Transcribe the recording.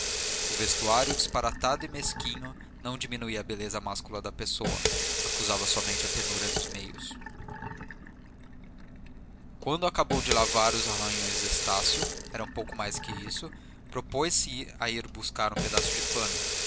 o vestuário disparatado e mesquinho não diminuía a beleza máscula da pessoa acusava somente a penúria de meios quando acabou de lavar os arranhões de estácio eram pouco mais do que isso propôs-se a ir buscar um pedaço de pano